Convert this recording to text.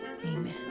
Amen